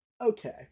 okay